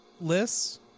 lists